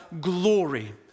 glory